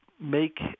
make